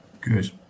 Good